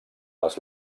les